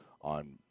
on